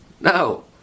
No